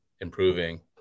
improving